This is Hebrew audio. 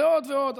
ועוד ועוד.